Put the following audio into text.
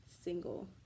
single